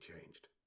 changed